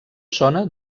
sona